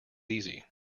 easy